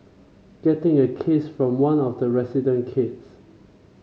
getting a kiss from one of the resident kids